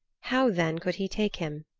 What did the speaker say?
how, then, could he take him?